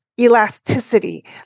elasticity